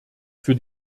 für